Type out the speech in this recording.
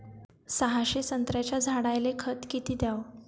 सहाशे संत्र्याच्या झाडायले खत किती घ्याव?